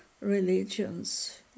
religions